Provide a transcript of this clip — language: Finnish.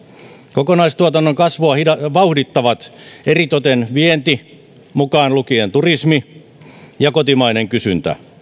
kokonaistuotannon kasvua vauhdittavat eritoten vienti mukaan lukien turismi ja kotimainen kysyntä